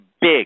big